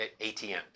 ATMs